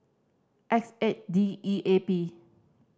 X eight D E A P